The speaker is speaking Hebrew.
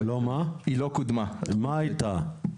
מה הייתה,